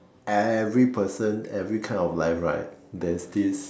every person every kind of life that right there's this